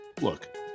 Look